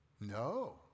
No